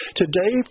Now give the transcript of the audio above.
today